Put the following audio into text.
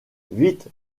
vite